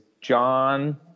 John